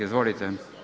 Izvolite.